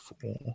four